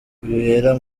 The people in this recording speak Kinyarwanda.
bibera